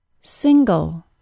SINGLE